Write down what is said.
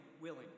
willing